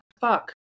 fuck